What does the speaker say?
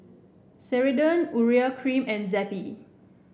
Ceradan Urea Cream and Zappy